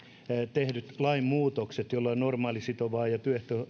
tehdyt lainmuutokset jolloin normaalisitovan ja